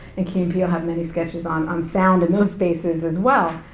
and key and peele have many sketches on on sound in those spaces as well.